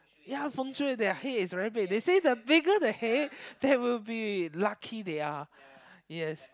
ya fengshui their head is very big they say the bigger the head there will be lucky they are yes